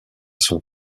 son